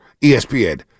ESPN